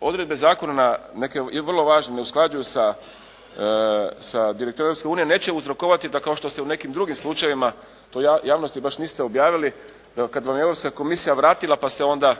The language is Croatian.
odredbe zakona neke je vrlo važno ne usklađuju sa direktivom Europske unije neće uzrokovati da kao što ste u nekim drugim slučajevima, to javnosti baš niste objavili kad vam je Europska